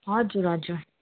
हजुर हजुर